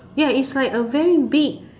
ya it's like a very big